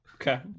Okay